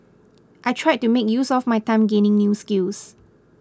I tried to make use of my time gaining new skills